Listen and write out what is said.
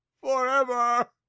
forever